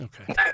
Okay